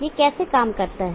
यह कैसे काम करता है